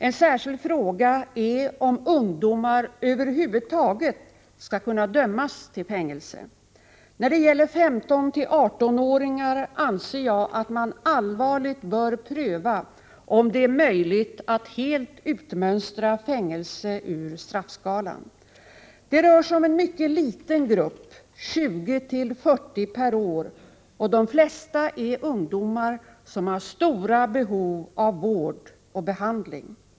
En särskild fråga är om ungdomar över huvud taget skall kunna dömas till fängelse. När det gäller 15-18-åringar anser jag att man allvarligt bör pröva om det är möjligt att helt utmönstra fängelse ur straffskalan. Det rör sig om en mycket liten grupp — 2040 per år — och de flesta är ungdomar som har stora behov av vård och behandling.